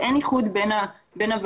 שאין איחוד בין הוועדות,